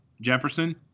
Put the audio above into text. Jefferson –